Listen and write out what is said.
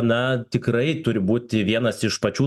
na tikrai turi būti vienas iš pačių